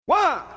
One